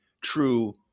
true